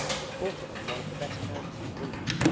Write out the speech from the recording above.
was quartered in one of the best houses in the village,